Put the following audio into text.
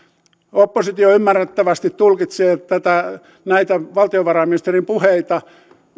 oppositio ymmärrettävästi tulkitsee tätä näitä valtiovarainministerin puheita